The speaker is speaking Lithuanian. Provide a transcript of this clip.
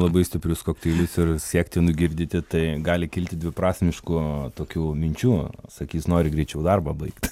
labai stiprius kokteilius ir siekti nugirdyti tai gali kilti dviprasmiškų tokių minčių sakys nori greičiau darbą baigt